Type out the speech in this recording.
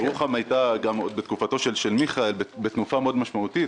ירוחם הייתה עוד בתקופתו של מיכאל ביטון בתנופה משמעותית מאוד,